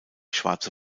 schwarze